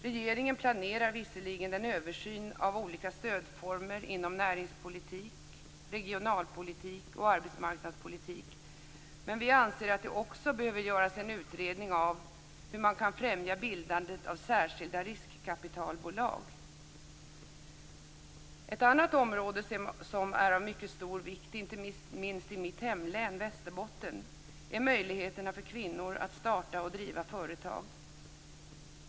Regeringen planerar visserligen en översyn av olika stödformer inom näringspolitik, regionalpolitik och arbetsmarknadspolitik, men vi anser att det också behöver göras en utredning av hur man kan främja bildandet av särskilda riskkapitalbolag. Ett annat område som är av stor vikt, inte minst i mitt hemlän Västerbotten, är möjligheterna för kvinnor att starta och driva företag.